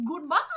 Goodbye